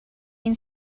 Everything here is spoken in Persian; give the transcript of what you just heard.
این